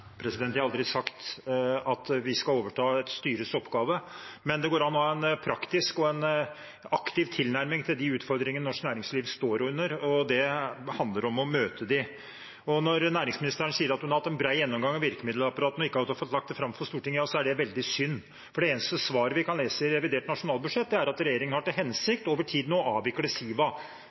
Jeg har aldri sagt at vi skal overta et styres oppgave, men det går an å ha en praktisk og en aktiv tilnærming til de utfordringene norsk næringsliv står overfor. Det handler om å møte dem. Når næringsministeren sier at hun har hatt en bred gjennomgang av virkemiddelapparatet, men ikke har fått lagt det fram for Stortinget, er det veldig synd. For det eneste svaret vi kan lese i revidert nasjonalbudsjett, er at regjeringen har til hensikt, over tid nå, å avvikle Siva